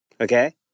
Okay